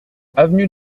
avenue